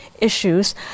issues